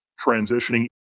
transitioning